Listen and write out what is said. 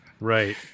Right